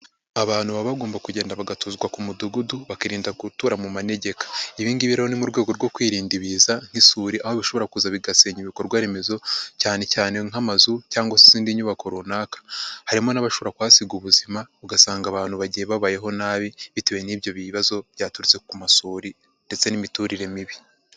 Abantu baba bagomba kugenda bagatuzwa ku mudugudu bakirinda gutura mu manegeka, ibi ngibi rero ni mu rwego rwo kwirinda ibiza nk'isuri aho bishobora kuza bigasenya ibikorwa remezo cyane cyane nk'amazu cyangwa izindi nyubako runaka, harimo n'abashobora kuhasiga ubuzima ugasanga abantu bagiye babayeho nabi bitewe n'ibyo bibazo byaturutse ku masuri ndetse n'imiturire mibi.